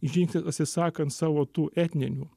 žingsnis atsisakant savo tų etninių